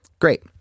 Great